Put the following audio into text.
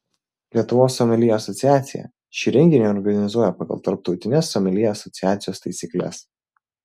lietuvos someljė asociacija šį renginį organizuoja pagal tarptautines someljė asociacijos taisykles